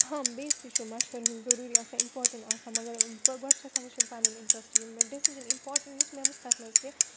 ہاں بیٚیِس تہِ چھُ مَشورٕ ہیُن ضروٗری آسان اِمپاٹَنٛٹ آسان مگر گۄڈٕ چھِ آسان وٕچھٕنۍ پَنٕنۍ اِنٹرٛسٹہٕ یِم مےٚ ڈٮ۪سِجَن اِمپاٹَنٛٹ یُس مےٚ وٕچھِ تَتھ منٛز کہِ